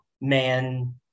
man